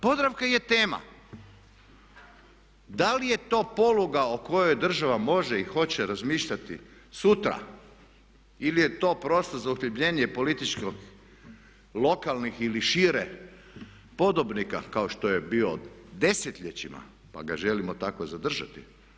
Podravka je tema, da li je to poluga o kojoj država može i hoće razmišljati sutra ili je to prostor za uhljebljenje političkog lokalnih ili šire podobnika kao što je bio desetljećima pa ga želimo tako zadržati.